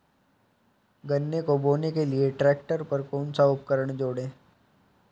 गन्ने को बोने के लिये ट्रैक्टर पर कौन सा उपकरण जोड़ें?